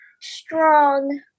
strong